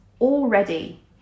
already